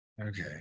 okay